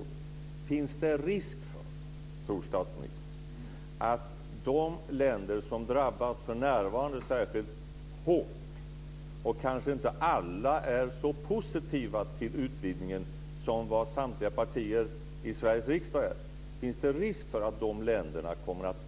Tror statsministern att det finns risk för att de länder som för närvarande drabbas särskilt hårt kommer att